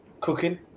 cooking